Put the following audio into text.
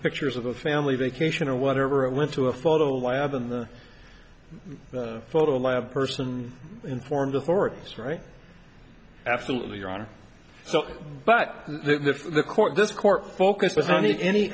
pictures of a family vacation or whatever it went to a photo lab in the photo lab person informed authorities right absolutely wrong or so but the the court this court focus was on the any